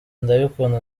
ndabikunda